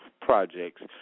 projects